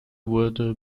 wurde